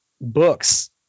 books